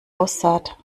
aussaht